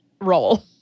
role